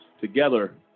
together